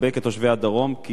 ולחבק את תושבי הדרום,